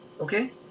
okay